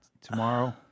tomorrow